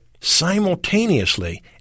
simultaneously